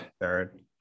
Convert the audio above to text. Third